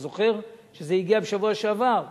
אתה זוכר שזה הגיע בשבוע שעבר?